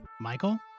Michael